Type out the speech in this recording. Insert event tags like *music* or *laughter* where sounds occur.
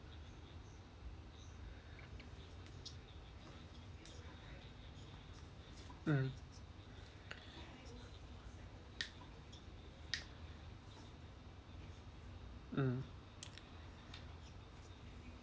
mm *noise* mm